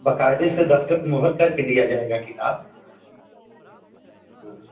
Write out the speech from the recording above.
बकायदे से दस्तखत मोहर करके दिया जाएगा किताब हाँ